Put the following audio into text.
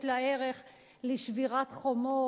יש לה ערך לשבירת חומות,